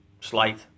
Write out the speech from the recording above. slight